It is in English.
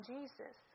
Jesus